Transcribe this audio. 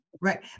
Right